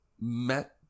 met